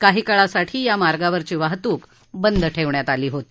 काही काळासाठी या मार्गावरची वाहतूक बंद ठेवण्यात आली होती